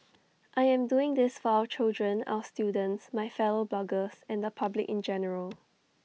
I am doing this for our children our students my fellow bloggers and the public in general